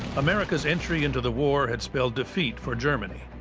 america's entry into the war had spelled defeat for germany.